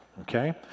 Okay